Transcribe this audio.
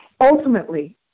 ultimately